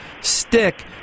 stick